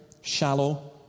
shallow